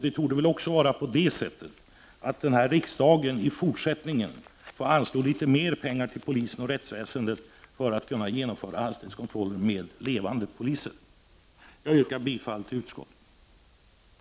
Det torde också vara på det sättet att riksdagen i fort sättningen får anslå litet mer pengar till polisen och rättsväsendet för att man = Prot. 1989/90:31 skall kunna genomföra hastighetskontroller med levande poliser. 22 november 1989 Jag yrkar bifall till utskottets hemställan.